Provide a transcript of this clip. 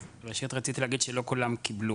אז ראשית רציתי לומר שלא כולם קיבלו,